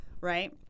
right